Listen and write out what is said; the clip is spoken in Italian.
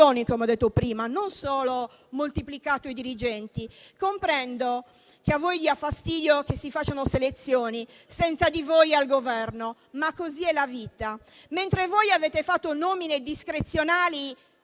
come ho detto prima, non solo moltiplicato i dirigenti. Comprendo che a voi dia fastidio che si facciano selezioni senza di voi al Governo, ma così è la vita. Mentre voi avete fatto nomine discrezionali